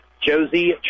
Josie